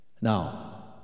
Now